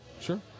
Sure